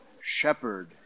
shepherd